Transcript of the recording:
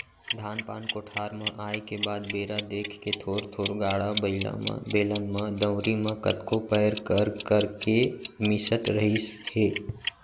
धान पान कोठार म आए के बाद बेरा देख के थोर थोर गाड़ा बइला म, बेलन म, दउंरी म कतको पैर कर करके मिसत रहिस हे